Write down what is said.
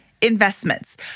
investments